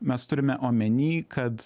mes turime omeny kad